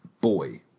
Boy